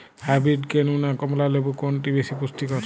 Hybrid কেনু না কমলা লেবু কোনটি বেশি পুষ্টিকর?